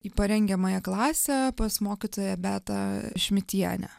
į parengiamąją klasę pas mokytoją beatą šmitienę